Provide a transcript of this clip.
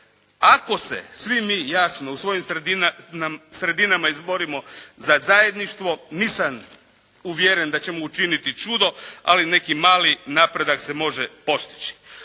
Ako se svi mi jasno u svojim sredinama izborima za zajedništvo nisam uvjeren da ćemo učiniti čudo ali neki mali napredak se može postići.